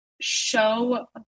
show